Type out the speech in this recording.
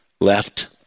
left